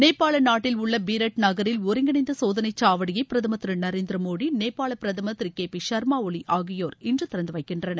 நேபாளநாட்டில் உள்ளபீரட் நகரில் ஒருங்கிணைந்தசோதனைசாவடியைபிரதமர் திருநரேந்திரமோடி நேபாளபிரதமர் திருகேசர்மாஜலிஆகியோர் இன்றுதிறந்துவைக்கின்றனர்